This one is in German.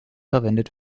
verwendet